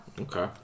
Okay